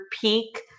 peak